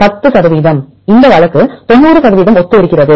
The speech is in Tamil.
10 சதவீதம் இந்த வழக்கு 90 சதவீதம் ஒத்திருக்கிறது